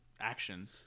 action